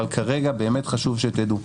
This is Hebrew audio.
אבל כרגע, באמת חשוב שתדעו: